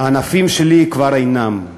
הענפים שלי כבר אינם,